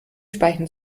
speichen